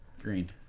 Green